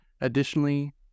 Additionally